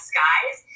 Skies